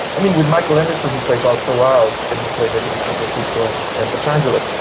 i mean, with michael emerson, who plays oscar wilde, and who played it in san francisco and and los angeles,